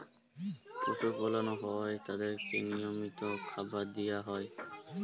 পশু পালল হ্যয় তাদেরকে লিয়মিত খাবার দিয়া হ্যয়